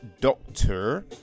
Doctor